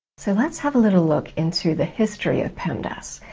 so let's have a little look into the history of pemdas.